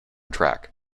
track